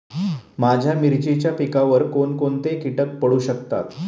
माझ्या मिरचीच्या पिकावर कोण कोणते कीटक पडू शकतात?